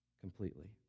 completely